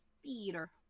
speeder